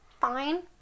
fine